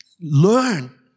learn